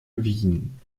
wien